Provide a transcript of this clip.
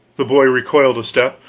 the boy recoiled a step,